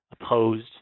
opposed